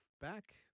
back